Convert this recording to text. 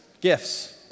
gifts